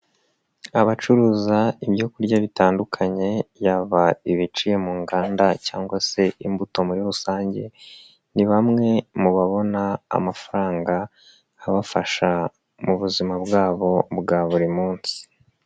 Abacuruza ibyo kurya bitandukanye yaba ibiciye mu nganda cyangwa se imbuto muri rusange ni bamwe mu babona amafaranga abafasha mu buzima bwabo bwa buri munsi.